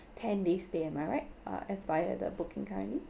ten days stay am I right uh as via the booking currently